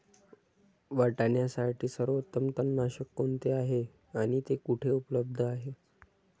वाटाण्यासाठी सर्वोत्तम तणनाशक कोणते आहे आणि ते कुठे उपलब्ध आहे?